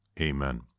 Amen